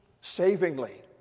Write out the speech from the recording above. savingly